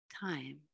time